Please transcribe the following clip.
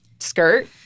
skirt